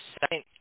second